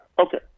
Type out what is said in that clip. Okay